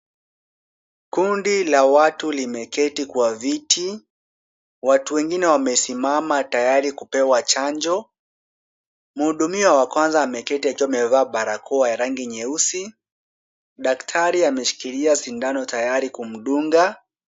Kundi la watu limeketi kwa viti. Watu wengine wamesimama tayari kupewa chanjo. Mhudumiwa wa kwanza ameketi akiwa amevaa barakoa ya rangi nyeusi. Daktari ameshikilia sindano tayari kumdunga.